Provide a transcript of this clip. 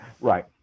Right